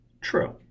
True